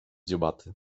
dziobaty